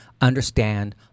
understand